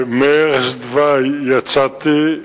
מערש דווי יצאתי,